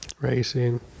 racing